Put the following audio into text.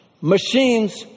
machines